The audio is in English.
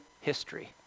History